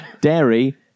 dairy